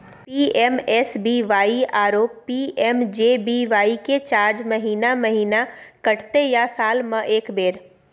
PMSBY आरो PMJBY के charge महीने महीना कटते या साल म एक बेर?